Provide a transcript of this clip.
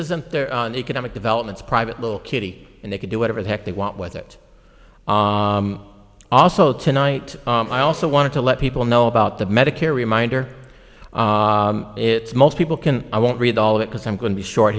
is an economic developments private little kitty and they can do whatever the heck they want with it also tonight i also want to let people know about the medicare reminder it's most people can i won't read all of it because i'm going to be short